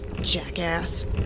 jackass